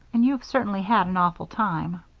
and you've certainly had an awful time.